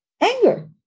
anger